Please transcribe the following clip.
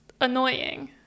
annoying